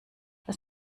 das